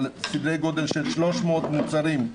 אבל סדר גודל של 300 מוצרים.